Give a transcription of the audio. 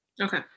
okay